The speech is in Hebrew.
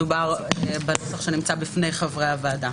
מדובר בנוסח שנמצא בפני חברי הוועדה.